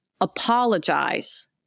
apologize